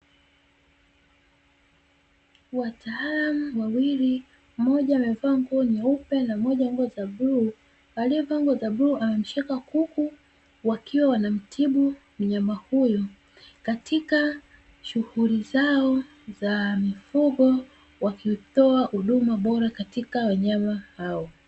Wataalamu wawili mmoja amevaa nguo nyeupe na mmoja nguo ya bluu, aliyevalia nguo za bluu amemshika kuku wakiwa wanamtibu mnyama huyo, wakiwa katika shughuli zao ya kutoa huduma bora kwa mifugo yao.